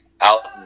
out